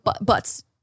Butts